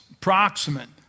proximate